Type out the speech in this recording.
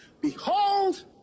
behold